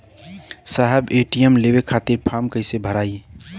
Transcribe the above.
साहब ए.टी.एम लेवे खतीं फॉर्म कइसे भराई?